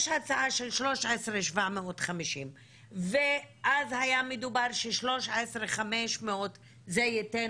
יש הצעה של 13,750. אז היה מדובר ש-13,500 ייתן